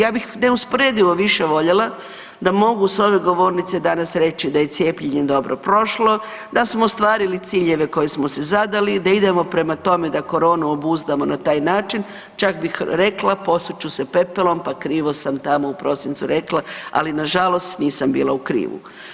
Ja bih neusporedivo više voljela da mogu s ove govornice danas reći da je cijepljenje dobro prošlo, da smo ostvarili ciljeve koje smo si zadali, da idemo prema tome da koronu obuzdamo na taj način, čak bih rekla, posut ću se pepelom pa krivo sam tamo u prosincu rekla, ali nažalost nisam bila u krivu.